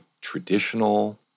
traditional